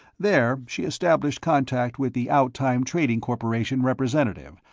there she established contact with the outtime trading corporation representative,